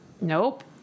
Nope